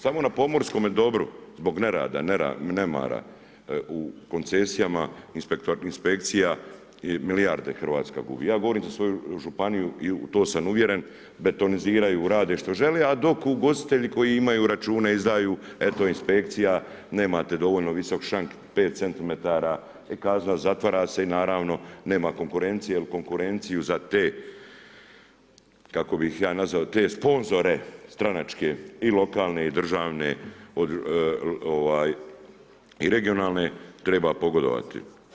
Samo na pomorskome dobru, zbog nerada, nemara u koncesijama, inspekcija je milijarda Hrvatska gubi, ja govorim za svoju županiju i u tom sam uvjeren, betoniziraju, rade što žele a dok ugostitelji koji imaju račune, izdaju eto inspekcija, nemate dovoljno visok šank, 5 cm je kazna, zatvara se i naravno nema konkurencije jer konkurenciju za te kako bih ja nazvao, te sponzore stranačke i lokalne i državne i regionalne, treba pogodovati.